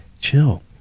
chill